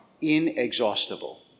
inexhaustible